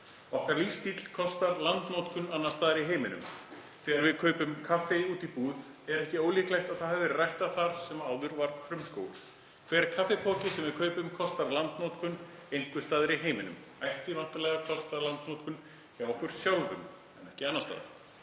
Okkar lífsstíll kostar landnotkun annars staðar í heiminum. Þegar við kaupum kaffi úti í búð er ekki ólíklegt að það hafi verið ræktað þar sem áður var frumskógur. Hver kaffipoki sem við kaupum kostar landnotkun einhvers staðar í heiminum, kostar væntanlega ekki landnotkun hjá okkur sjálfum en annars staðar.